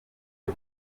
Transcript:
cyo